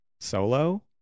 solo